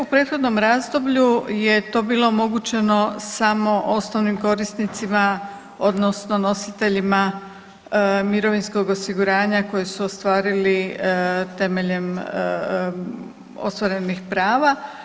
U prethodnom razdoblju je to bilo omogućeno samo osnovnim korisnicima odnosno nositeljima mirovinskog osiguranja koje su ostvarili temeljem ostvarenih prava.